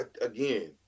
Again